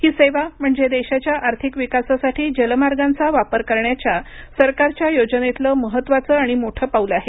ही सेवा म्हणजे देशाच्या आर्थिक विकासासाठी जलमार्गांचा वापर करण्याच्या सरकारच्या योजनेतलं महत्त्वाचं आणि मोठं पाऊल आहे